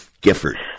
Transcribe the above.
Gifford